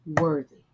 worthy